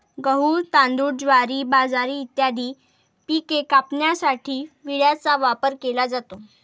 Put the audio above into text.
गहू, तांदूळ, ज्वारी, बाजरी इत्यादी पिके कापण्यासाठी विळ्याचा वापर केला जातो